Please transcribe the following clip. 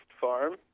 Farm